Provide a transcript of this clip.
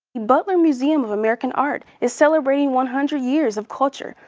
butler museum of american art is celebrating one hundred years of culture.